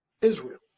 Israel